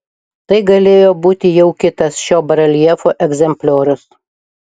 tai galėjo būti jau kitas šio bareljefo egzempliorius